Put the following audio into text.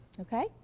Okay